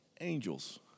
angels